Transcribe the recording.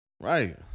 Right